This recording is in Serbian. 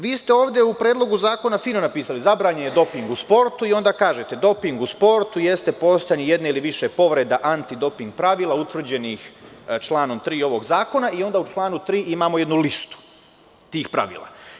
Vi ste ovde u Predlogu zakona fino napisali – zabranjen je doping u sportu, pa onda kažete – doping u sportu jeste postojanje jedne ili više povreda antidoping pravila utvrđenih članom 3. ovog zakona i onda u članu 3. imamo jednu listu tih pravila.